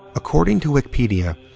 according to wikipedia,